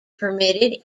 permitted